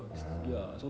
ah